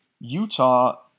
Utah